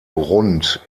rund